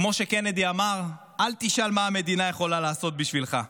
כמו שקנדי אמר: אל תשאל מה המדינה יכולה לעשות בשבילך,